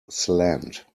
slant